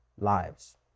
lives